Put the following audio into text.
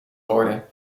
worden